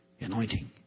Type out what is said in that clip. Anointing